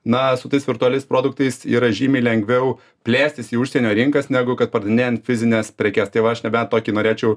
na su tais virtualiais produktais yra žymiai lengviau plėstis į užsienio rinkas negu kad pardavinėjant fizines prekes tai va aš nebent tokį norėčiau